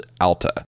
Alta